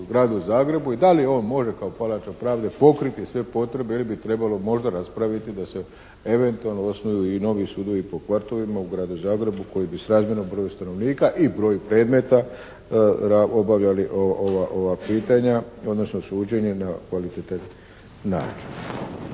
u Gradu Zagrebu i da li on može kao Palača pravde pokriti sve potrebe ili bi trebalo možda raspraviti da se eventualno osnuju i novi sudovi po kvartovima u Gradu Zagrebu koji bi srazmjerno broju stanovnika i broju predmeta obavljali ova pitanja, odnosno suđenje na kvalitetan način.